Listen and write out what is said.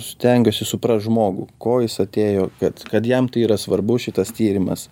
stengiuosi suprast žmogų ko jis atėjo kad kad jam tai yra svarbus šitas tyrimas